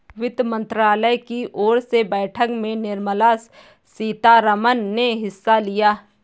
वित्त मंत्रालय की ओर से बैठक में निर्मला सीतारमन ने हिस्सा लिया